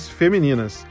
femininas